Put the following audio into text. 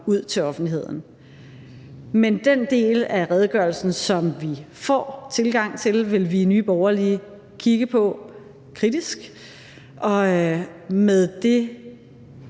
ud til offentligheden. Men den del af redegørelsen, som vi får tilgang til, vil vi i Nye Borgerlige kigge på – kritisk – og med det